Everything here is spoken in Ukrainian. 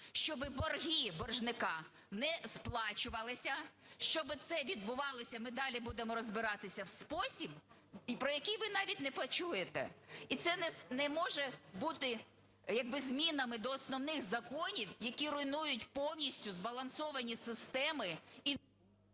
щоб борги боржника не сплачувалися, щоб це відбувалось, ми далі будемо розбиратися, в спосіб, про який ви навіть не почуєте. І це не може бути як би змінами до основних законів, які руйнують повністю збалансовані системи…